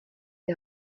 die